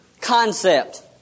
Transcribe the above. concept